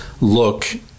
look